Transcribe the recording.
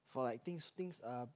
for like things things um